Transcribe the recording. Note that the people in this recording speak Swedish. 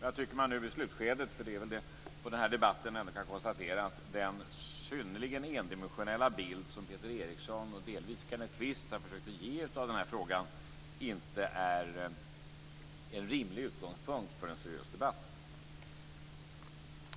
Jag tycker att man nu i slutskedet kan konstatera att den synnerligen endimensionella bild som Peter Eriksson och delvis Kenneth Kvist har försökt att ge av den här frågan inte är en rimlig utgångspunkt för en seriös debatt.